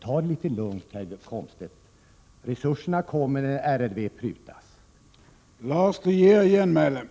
Ta det litet lugnt, herr Komstedt, resurserna kommer när man gör prutningar inom RRV.